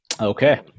Okay